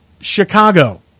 Chicago